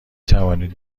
توانید